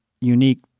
unique